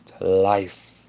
life